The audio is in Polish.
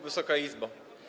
Wysoka Izbo!